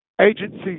agencies